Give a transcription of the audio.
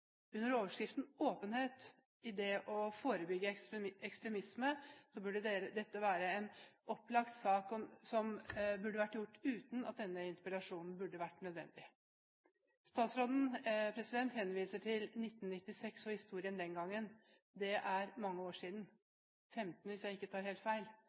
Under overskriften «åpenhet» i det å forebygge ekstremisme burde dette være en for opplagt sak til at denne interpellasjonen burde vært nødvendig. Statsråden henviser til 1996 og historien den gangen. Det er mange år siden – 15, hvis jeg ikke tar helt feil.